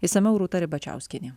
išsamiau rūta ribačiauskienė